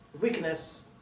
weakness